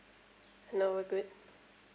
no we're good